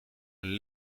een